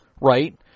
right